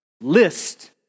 list